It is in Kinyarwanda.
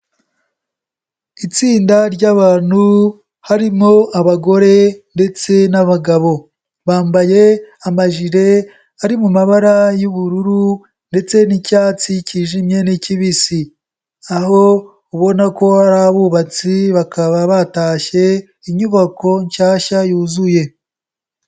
Itsinda ry'abantu harimo abagore ndetse n'abagabo, bambaye amajire ari mu mabara y'ubururu ndetse n'icyatsi kijimye n'ikibisi, aho ubona ko ari abubatsi bakaba batashye inyubako nshyashya yuzuye.